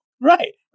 Right